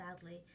sadly